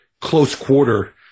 close-quarter